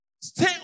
Stay